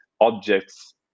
objects